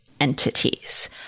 entities